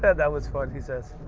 that that was fun. he says,